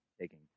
taking